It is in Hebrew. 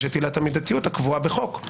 יש עילת המידתיות הקבועה בחוק,